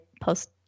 post